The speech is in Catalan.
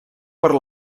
per